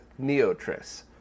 Neotris